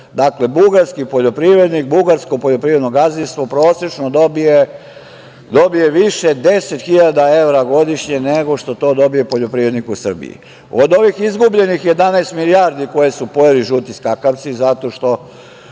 Dakle, bugarski poljoprivrednik, bugarsko poljoprivredno gazdinstvo prosečno dobije 10.000 evra više godišnje nego što to dobije poljoprivrednik u Srbiji. Od ovih izgubljenih 11 milijardi koje su pojeli žuti skakavci zato što